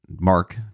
Mark